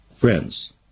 Friends